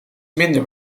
minder